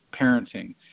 parenting